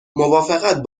موافقت